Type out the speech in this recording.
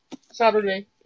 Saturday